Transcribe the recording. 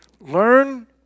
Learn